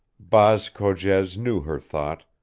baas cogez knew her thought,